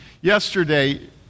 Yesterday